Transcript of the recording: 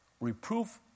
reproof